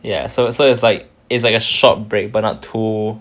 ya so so it's like it's like a short break but not too